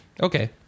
Okay